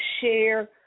share